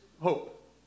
hope